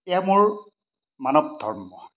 এয়া মোৰ মানৱ ধৰ্ম